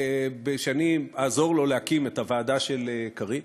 שאני אעזור לו להקים את הוועדה של קארין,